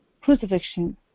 crucifixion